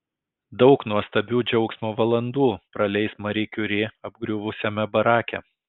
daug nuostabių džiaugsmo valandų praleis mari kiuri apgriuvusiame barake